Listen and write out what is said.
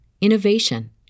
innovation